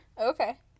Okay